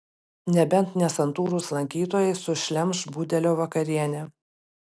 nebent nesantūrūs lankytojai sušlemš budelio vakarienę